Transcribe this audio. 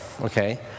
okay